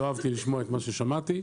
לא אהבתי לשמוע את מה ששמעתי.